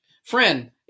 Friend